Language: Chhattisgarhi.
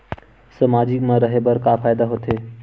सामाजिक मा रहे बार का फ़ायदा होथे?